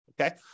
okay